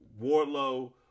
Wardlow